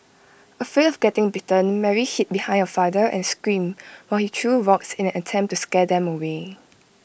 afraid of getting bitten Mary hid behind her father and screamed while he threw rocks in an attempt to scare them away